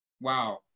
Wow